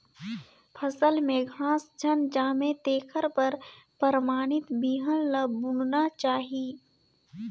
फसल में घास झन जामे तेखर बर परमानित बिहन ल बुनना चाही